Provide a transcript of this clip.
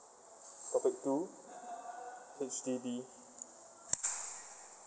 topic two H_D_B